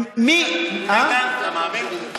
אתה מאמין בזה, איתן?